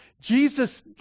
Jesus